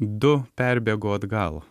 du perbėgo atgal